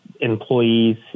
employees